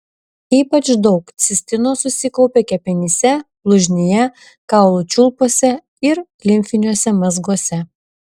ypač daug cistino susikaupia kepenyse blužnyje kaulų čiulpuose ir limfiniuose mazguose